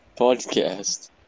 podcast